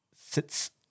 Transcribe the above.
sits